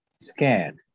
scared